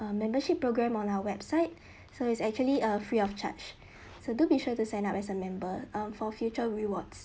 a membership programme on our website so it's actually a free of charge so do be sure to sign up as a member um for future rewards